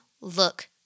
look